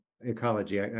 ecology